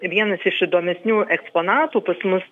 vienas iš įdomesnių eksponatų pas mus